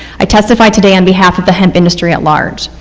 i justify today on behalf of the hemp industry at large.